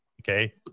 Okay